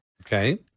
Okay